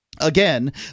again